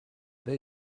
they